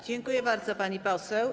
Dziękuję bardzo, pani poseł.